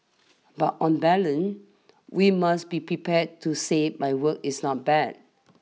but on balance we must be prepared to say my work is not bad